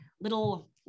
little